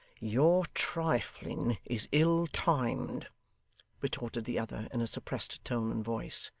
your trifling is ill-timed retorted the other in a suppressed tone and voice,